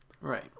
right